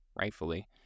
rightfully